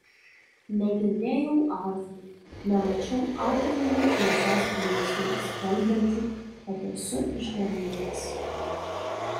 negirdėjau arfų nemačiau akinamų šviesos blyksnių skelbiančių kad esu išganytas